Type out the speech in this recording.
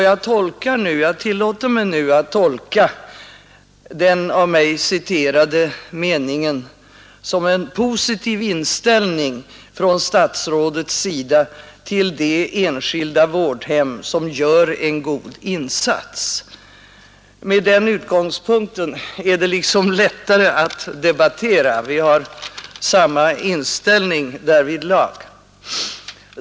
Jag tillåter mig nu att tolka den av mig citerade meningen som en positiv inställning från statsrådets sida till de enskilda hem som gör en god insats. Med den utgångspunkten är det liksom lättare att debattera. Vi har samma inställning därvidlag.